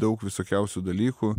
daug visokiausių dalykų